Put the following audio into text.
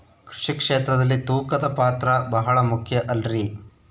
ಕೃಷಿ ಕ್ಷೇತ್ರದಲ್ಲಿ ತೂಕದ ಪಾತ್ರ ಬಹಳ ಮುಖ್ಯ ಅಲ್ರಿ?